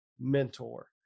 mentor